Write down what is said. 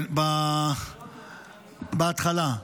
כן, בהתחלה.